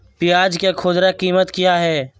प्याज के खुदरा कीमत क्या है?